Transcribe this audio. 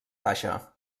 baixa